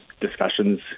discussions